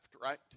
right